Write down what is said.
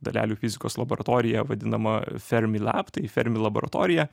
dalelių fizikos laboratorija vadinama fermi lab tai fermi laboratorija